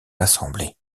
l’assemblée